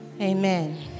amen